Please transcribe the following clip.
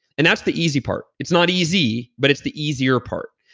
and that's the easy part. it's not easy, but it's the easier part.